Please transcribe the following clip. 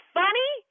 funny